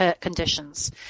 conditions